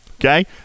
Okay